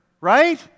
right